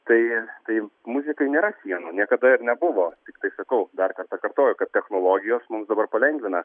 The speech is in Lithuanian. tai tai muzikai nėra sienų niekada ir nebuvo tiktai sakau dar kartą kartoju kad technologijos mums dabar palengvina